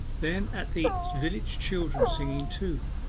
then at the village children singing too,